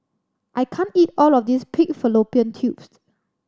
I can't eat all of this pig fallopian tubes